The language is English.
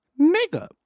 nigga